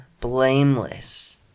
blameless